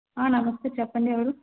నమస్తే చెప్పండి ఎవరు